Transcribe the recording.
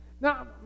now